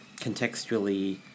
contextually